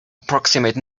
approximate